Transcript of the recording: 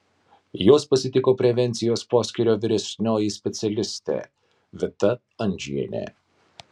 juos pasitiko prevencijos poskyrio vyresnioji specialistė vita andžienė